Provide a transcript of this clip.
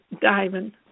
diamond